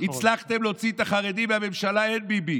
הצלחתם להוציא את החרדים מהממשלה, אין ביבי.